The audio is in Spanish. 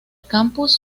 campus